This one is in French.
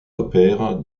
opère